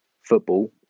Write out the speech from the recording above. football